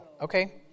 Okay